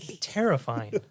terrifying